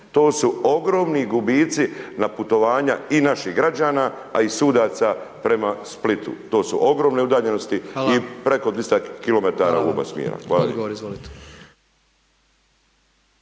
To su ogromni gubici na putovanja i naših građana a i sudaca prema Splitu, to su ogromne udaljenosti i preko 200 km u oba smjera.